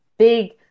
big